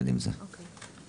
ברשותך?